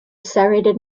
serrated